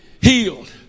healed